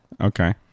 Okay